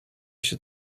się